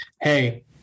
Hey